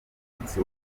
umunsi